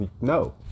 no